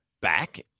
back